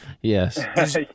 Yes